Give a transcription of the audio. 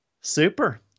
Super